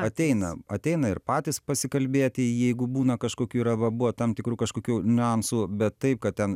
ateina ateina ir patys pasikalbėti jeigu būna kažkokių yra va buvo tam tikrų kažkokių niuansų bet taip kad ten